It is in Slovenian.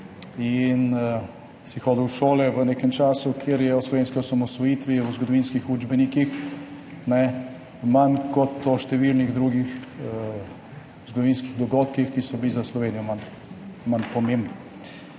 in si hodil v šole v nekem času, kjer je o slovenski osamosvojitvi v zgodovinskih učbenikih, ne, manj, kot o številnih drugih zgodovinskih dogodkih, ki so bili za Slovenijo manj, manj